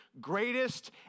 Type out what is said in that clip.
greatest